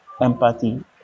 empathy